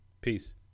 peace